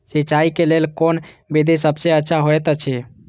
सिंचाई क लेल कोन विधि सबसँ अच्छा होयत अछि?